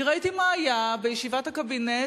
כי ראיתי מה היה בישיבת הקבינט,